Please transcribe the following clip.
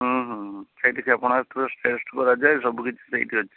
ହଁ ହଁ ହଁ ସେଇଠି କ୍ଷପଣାସ୍ତ୍ର ଟେଷ୍ଟ କରାଯାଏ ସବୁକିଛି ସେଇଠି ଅଛି